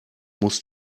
muss